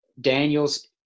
daniel's